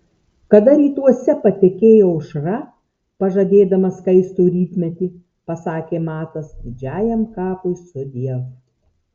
kada rytuose patekėjo aušra pažadėdama skaistų rytmetį pasakė matas didžiajam kapui sudiev